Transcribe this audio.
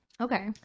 Okay